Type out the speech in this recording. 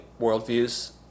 worldviews